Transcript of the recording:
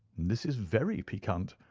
this is very piquant.